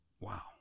Wow